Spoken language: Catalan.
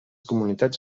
comunitats